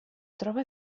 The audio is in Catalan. troba